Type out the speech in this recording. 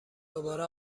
دوباره